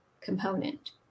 component